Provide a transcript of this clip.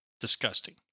disgusting